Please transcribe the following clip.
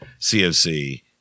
CFC